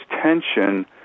tension